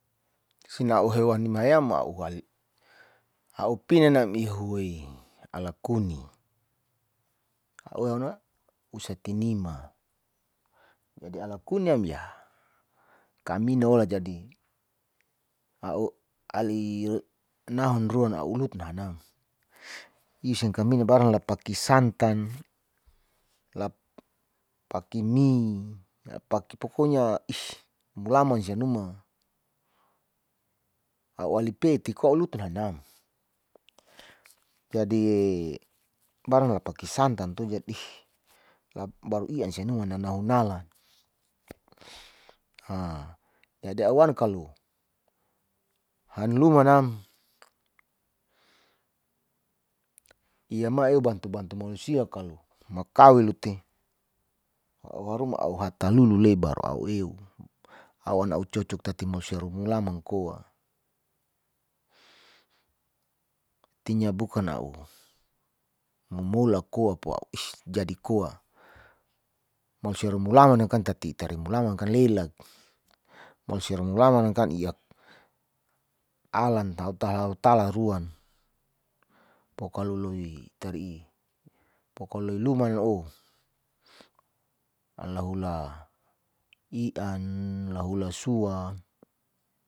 Sinau hewan nimayama ahuwli a'u pinan nauhuwei ala kuni usa tima jadi ala kuniam ya kamina ola jadi nahun ruan a'u loti nahamam isin kamina barang lapaki santan la paki mi a paki pokonya is mulaman sia numa a'u ali peti kolutu nahnam jadi baran lapaki santan to jadi ih baru ihan sinuan nahu nala aa jadi a'u wan kalo hanluman nam ia maio bantu bantu malusia kalo makaulute a'u harum a'u hatalulu lebar a'u eu. a'u an a;u cocok tati rumasi mulaman koa artinya bukan a'u mumola koa po a'u is jadi koa mausi ri mulaman tati ita remulam lelak mausia remulaman iyak alan tau tahutala ruan pokalo lohi itari pokalo loi luman oh alahula ian, lahula sua.